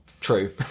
true